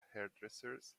hairdressers